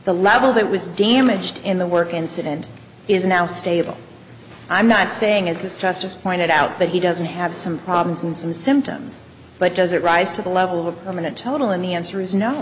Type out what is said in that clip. the level that was damaged in the work incident is now stable i'm not saying is the stress just pointed out that he doesn't have some problems and some symptoms but does it rise to the level of a minute total and the answer is no